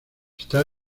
está